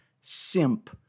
simp